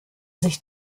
sich